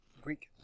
Greek